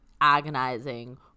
agonizing